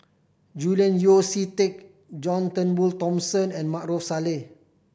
Julian Yeo See Teck John Turnbull Thomson and Maarof Salleh